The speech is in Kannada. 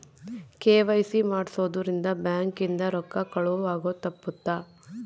ಕೆ.ವೈ.ಸಿ ಮಾಡ್ಸೊದ್ ರಿಂದ ಬ್ಯಾಂಕ್ ಇಂದ ರೊಕ್ಕ ಕಳುವ್ ಆಗೋದು ತಪ್ಪುತ್ತ